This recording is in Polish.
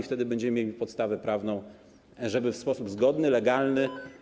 Wtedy będziemy mieli podstawę prawną, żeby w sposób zgodny, legalny.